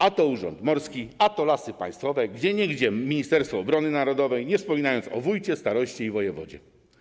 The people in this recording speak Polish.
A to urząd morski, a to Lasy Państwowe, gdzieniegdzie Ministerstwo Obrony Narodowej, nie wspominając o wójcie, staroście i wojewodzie.